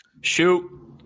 Shoot